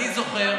אני יודע,